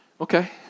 Okay